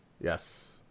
Yes